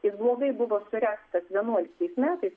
jis blogai buvo suręstas vienuoliktais metais